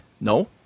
no